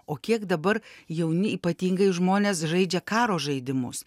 o kiek dabar jauni ypatingai žmonės žaidžia karo žaidimus